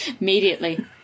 immediately